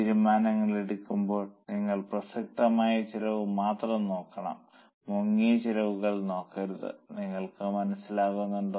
തീരുമാനങ്ങൾ എടുക്കുമ്പോൾ നിങ്ങൾ പ്രസക്തമായ ചെലവ് മാത്രം നോക്കണം മുങ്ങിയ ചെലവുകൾ നോക്കരുത് നിങ്ങൾക്ക് മനസ്സിലാകുന്നുണ്ടോ